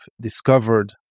discovered